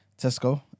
Tesco